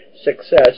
success